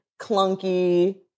clunky